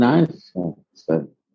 nice